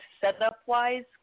setup-wise